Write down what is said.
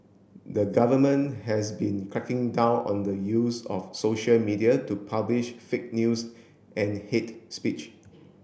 the government has been cracking down on the use of social media to publish fake news and hate speech